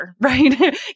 right